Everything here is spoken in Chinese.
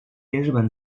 日本